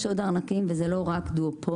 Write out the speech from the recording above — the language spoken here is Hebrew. יש עוד ארנקים וזה לא רק דואופול.